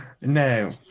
No